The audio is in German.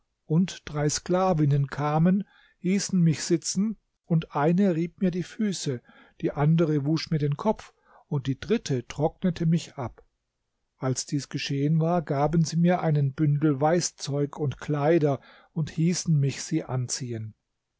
und drei sklavinnen kamen hießen mich sitzen und die eine rieb mir die füße die andere wusch mir den kopf und die dritte trocknete mich ab als dies geschehen war gaben sie mir einen bündel weißzeug und kleider und hießen mich sie anziehen